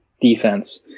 defense